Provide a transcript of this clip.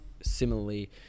similarly